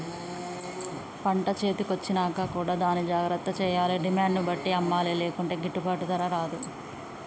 పంట చేతి కొచ్చినంక కూడా దాన్ని జాగ్రత్త చేయాలే డిమాండ్ ను బట్టి అమ్మలే లేకుంటే గిట్టుబాటు ధర రాదు